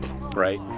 right